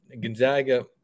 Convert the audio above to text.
Gonzaga